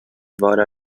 vora